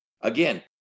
Again